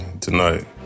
tonight